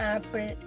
Apple